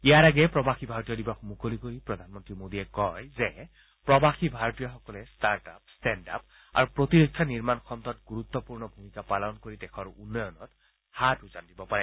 ইয়াৰ আগেয়ে প্ৰৱাসী ভাৰতীয় দিৱস মুকলি কৰি প্ৰধানমন্ত্ৰী মোদীয়ে কয় যে প্ৰৱাসী ভাৰতীয়সকলে ষ্টাৰ্ট আপ ষ্টেণ্ড আপ আৰু প্ৰতিৰক্ষা নিৰ্মাণ খণ্ডত গুৰুত্বপূৰ্ণ ভূমিকা পালন কৰি দেশৰ উন্নয়নত হাত উজান দিব পাৰে